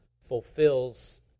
fulfills